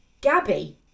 gabby